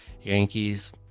yankees